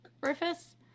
Rufus